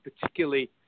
particularly